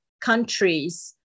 countries